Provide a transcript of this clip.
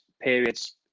periods